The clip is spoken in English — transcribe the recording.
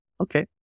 Okay